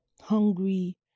hungry